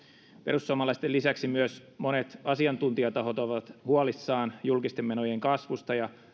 perussuomalaisten lisäksi myös monet asiantuntijatahot ovat huolissaan julkisten menojen kasvusta ja